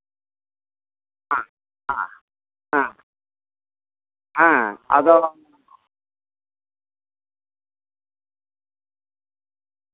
ᱦᱮᱸ ᱦᱮᱸ ᱦᱮᱸ ᱦᱮᱸ ᱟᱫᱚ